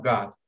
God